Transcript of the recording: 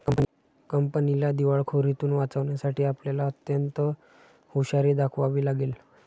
कंपनीला दिवाळखोरीतुन वाचवण्यासाठी आपल्याला अत्यंत हुशारी दाखवावी लागेल